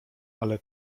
ale